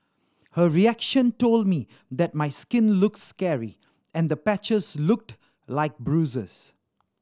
her reaction told me that my skin looks scary and the patches looked like bruises